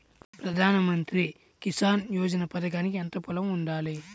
ప్రధాన మంత్రి కిసాన్ యోజన పథకానికి ఎంత పొలం ఉండాలి?